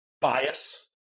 bias